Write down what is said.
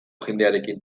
jendearekin